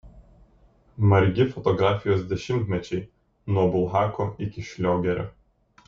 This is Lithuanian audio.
margi fotografijos dešimtmečiai nuo bulhako iki šliogerio